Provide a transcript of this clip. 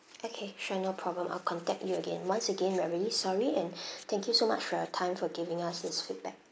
okay sure no problem I'll contact you again once again we're really sorry and thank you so much for your time for giving us this feedback